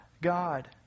God